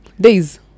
days